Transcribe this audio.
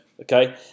okay